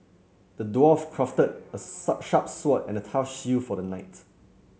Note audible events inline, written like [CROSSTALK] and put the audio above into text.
the dwarf crafted a [UNINTELLIGIBLE] sharp sword and a tough shield for the knight